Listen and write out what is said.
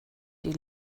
die